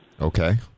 Okay